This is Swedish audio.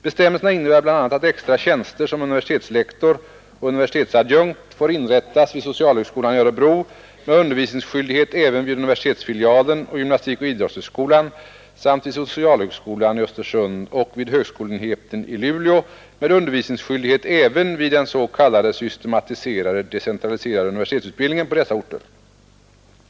Bestämmelserna innebär bl.a. att extra tjänster som universitetslektor och universitetsadjunkt får inrättas vid socialhögskolan i Örebro med undervisningsskyldighet även vid universitetsfilialen och gymnastikoch idrottshögskolan samt vid socialhögskolan i Östersund och vid högskolenheten i Luleå med undervisningsskyldighet även vid den s.k. systematiserade decentraliserade universitetsutbildningen på dessa orter.